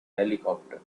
helicopter